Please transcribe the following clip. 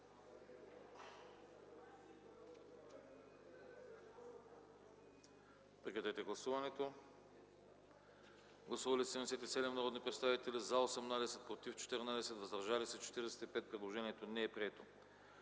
текст на гласуване. Гласували 118 народни представители: за 30, против 76, въздържали се 12. Предложението не е прието.